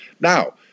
Now